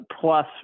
plus